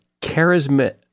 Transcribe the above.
charisma